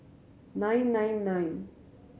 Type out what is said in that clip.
nine nine nine